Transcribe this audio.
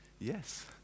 Yes